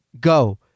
go